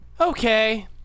Okay